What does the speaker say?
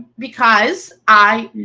because, i